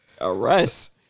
Arrest